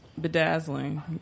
bedazzling